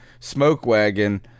SmokeWagon